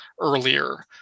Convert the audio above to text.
earlier